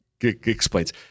explains